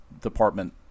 department